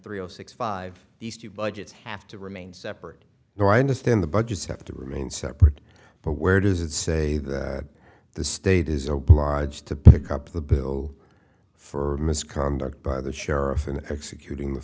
three zero six five these two budgets have to remain separate no i understand the budgets have to remain separate but where does it say that the state is a blockage to pick up the bill for misconduct by the sheriff in executing the